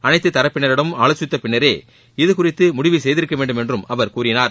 அனைத்து தரப்பினரிடமும் ஆலோசித்த பின்னரே இதுகுறித்து முடிவு செய்திருக்க வேண்டும் என்றும் அவர் கூறினார்